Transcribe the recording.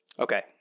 Okay